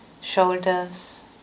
Shoulders